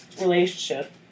relationship